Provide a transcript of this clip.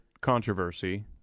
controversy